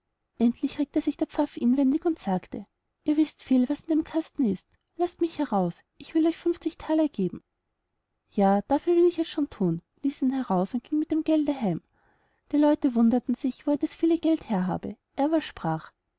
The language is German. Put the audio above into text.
endlich regte sich der pfaff inwendig und sagte ihr wißt viel was in dem kasten ist laßt mich heraus ich will euch thaler geben ja dafür will ich es schon thun ließ ihn heraus und ging mit dem gelde heim die leute wunderten sich wo er das viele geld her habe er aber sprach